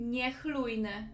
Niechlujny